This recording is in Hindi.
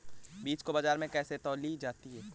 बीज को बाजार में कैसे तौली जाती है?